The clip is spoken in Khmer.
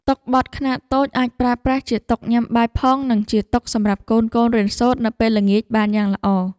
តុបត់ខ្នាតតូចអាចប្រើប្រាស់ជាតុញ៉ាំបាយផងនិងជាតុសម្រាប់កូនៗរៀនសូត្រនៅពេលល្ងាចបានយ៉ាងល្អ។